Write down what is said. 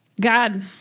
God